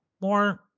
more